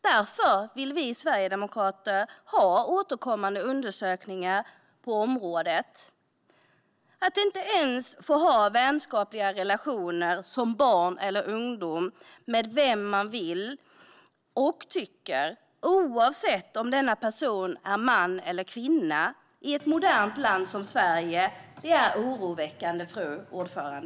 Därför vill vi sverigedemokrater ha återkommande undersökningar på området. Att inte ens få ha vänskapliga relationer som barn eller ungdom med vem man vill, oavsett om denna person är man eller kvinna, i ett modernt land som Sverige är oroväckande, fru talman.